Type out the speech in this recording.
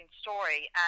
story